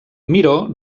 miró